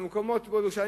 ובמקומות כמו ירושלים,